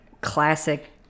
classic